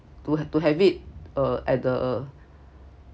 to have to have it uh at the